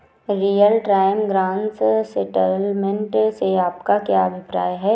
Real time gross settlement से आपका क्या अभिप्राय है?